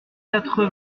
quatre